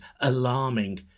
alarming